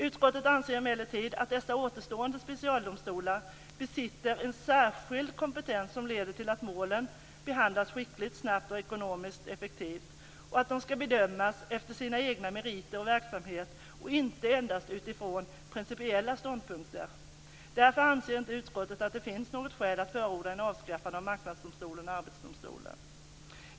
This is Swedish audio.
Utskottet anser emellertid att de återstående specialdomstolarna besitter en särskild kompetens, som leder till att målen behandlas skickligt, snabbt och ekonomiskt effektivt och att de skall bedömas efter sina egna meriter och verksamheter och inte endast utifrån principiella ståndpunkter. Därför anser inte utskottet att det finns några skäl att förorda ett avskaffande av Marknadsdomstolen eller Arbetsdomstolen.